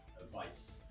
advice